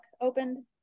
opened